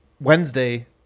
Wednesday